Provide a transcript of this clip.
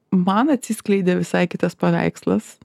man atsiskleidė visai kitas paveikslas